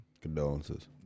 condolences